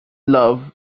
love